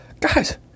Guys